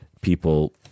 people